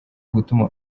gutuma